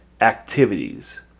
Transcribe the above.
activities